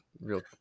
real